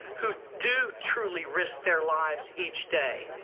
who do truly risk their lives each day.